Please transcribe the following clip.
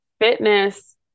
fitness